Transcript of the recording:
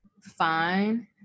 fine